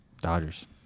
Dodgers